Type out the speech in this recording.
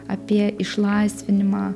apie išlaisvinimą